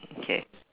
okay